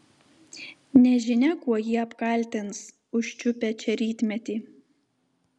nežinia kuo jį apkaltins užčiupę čia rytmetį